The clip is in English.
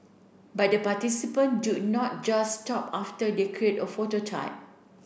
but the participant do not just stop after they create a phototype